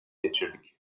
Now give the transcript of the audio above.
geçirdik